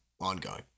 Ongoing